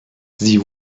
sie